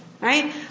right